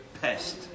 pest